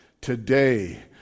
today